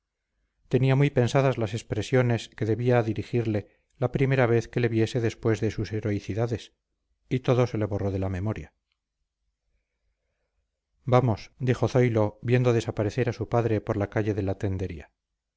tenía muy pensadas las expresiones que debía dirigirle la primera vez que le viese después de sus heroicidades y todo se le borró de la memoria vamos dijo zoilo viendo desaparecer a su padre por la calle de la tendería